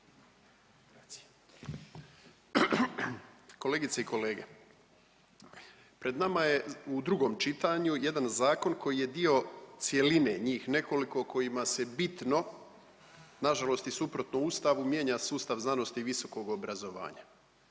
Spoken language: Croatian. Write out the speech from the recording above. Kolegice i kolege, pred nama je u drugom čitanju jedan zakon koji je dio cjeline, njih nekoliko kojima se bitno nažalost i suprotno ustavu mijenja sustav znanosti i visokog obrazovanja.